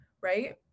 right